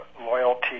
loyalty